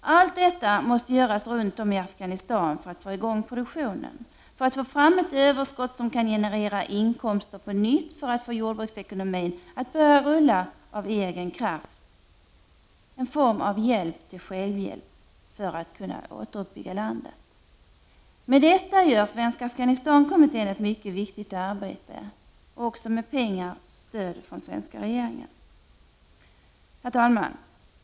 Allt detta måste göras runt om i Afghanistan, för att få i gång produktionen, för att få fram ett överskott som kan generera inkomster på nytt, för att få jordbruksekonomin att börja rulla av egen kraft. Det handlar om en form av hjälp till självhjälp för att man skall kunna återuppbygga landet. Med detta mål gör Svenska Afghanistankommittén ett mycket viktigt arbete + också med stöd från den svenska regeringen. Herr talman!